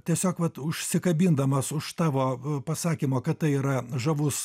tiesiog vat užsikabindamas už tavo pasakymo kad tai yra žavus